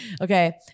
okay